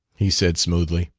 he said smoothly,